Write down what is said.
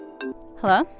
Hello